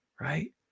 right